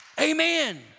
Amen